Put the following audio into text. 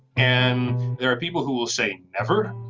and there are people who will say never.